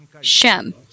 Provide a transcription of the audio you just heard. Shem